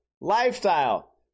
Lifestyle